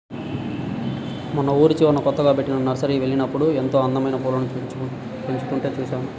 మొన్న ఊరి చివరన కొత్తగా బెట్టిన నర్సరీకి వెళ్ళినప్పుడు ఎంతో అందమైన పూలను పెంచుతుంటే చూశాను